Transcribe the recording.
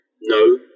No